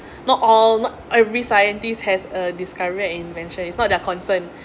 not all not every scientist has a discovery invention it's not their concern